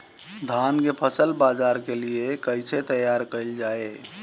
धान के फसल बाजार के लिए कईसे तैयार कइल जाए?